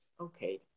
Okay